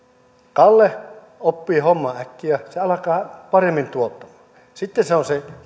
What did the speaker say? kalle oppii homman äkkiä se alkaa paremmin tuottamaan sitten on se